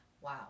wow